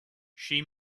she